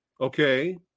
Okay